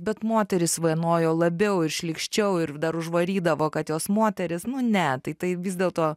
bet moteris vienojo labiau ir šlykščiau ir dar už varydavo kad jos moterys nu ne tai tai vis dėlto